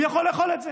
הוא יכול לאכול את זה